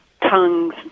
tongues